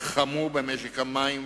חמור במשק המים,